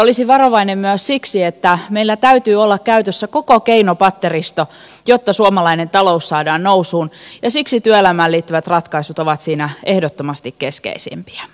olisin varovainen myös siksi että meillä täytyy olla käytössä koko keinopatteristo jotta suomalainen talous saadaan nousuun ja siksi työelämään liittyvät ratkaisut ovat siinä ehdottomasti keskeisimpiä